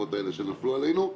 המטורפות האלה שנפלו עלינו,